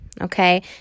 okay